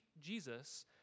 Jesus